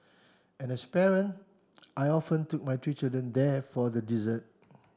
and as a parent I often took my three children there for the dessert